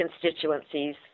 constituencies